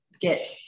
get